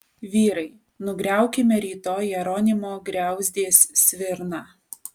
vyrai nugriaukime rytoj jeronimo griauzdės svirną